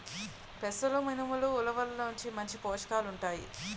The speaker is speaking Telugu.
పెసలు మినుములు ఉలవల్లో మంచి పోషకాలు ఉంటాయి